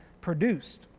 produced